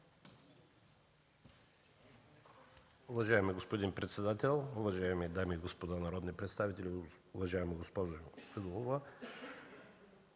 Уважаеми господин председател, уважаеми дами и господа народни представители, уважаеми господин Шопов!